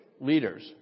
leaders